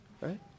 right